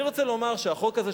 אני רוצה לומר שהחוק הזה,